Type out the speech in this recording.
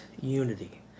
unity